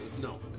No